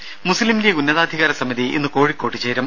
രുര മുസ്ലീംലീഗ് ഉന്നതാധികാരസമിതി ഇന്ന് കോഴിക്കോട്ട് ചേരും